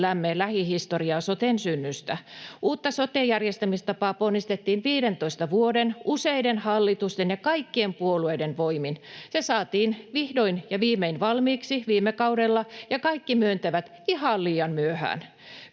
mielellämme lähihistoriaa soten synnystä. Uutta sote-järjestämistapaa ponnistettiin 15 vuoden ajan useiden hallitusten ja kaikkien puolueiden voimin. Se saatiin vihdoin ja viimein valmiiksi viime kaudella, ja kaikki myöntävät, että ihan liian myöhään.